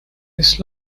his